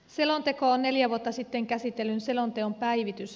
selonteko on neljä vuotta sitten käsitellyn selonteon päivitys